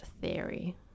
theory